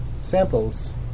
samples